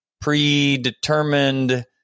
predetermined